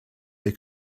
they